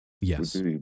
Yes